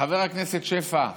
חבר הכנסת שפע,